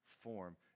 form